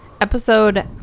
episode